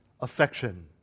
affection